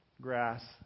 Grass